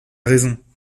raison